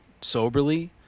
soberly